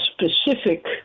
specific